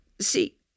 See